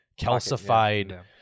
calcified